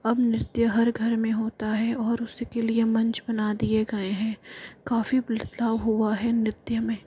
अब नृत्य हर घर में होता है और उस के लिए मंच बना दिए गए हैं काफ़ी बदलाव हुआ है नृत्य में